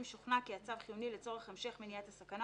אם שוכנע כי הצו חיוני לצורך המשך מניעת הסכנה